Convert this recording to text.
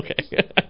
Okay